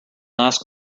ask